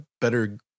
better